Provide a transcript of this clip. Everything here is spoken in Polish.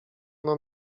ono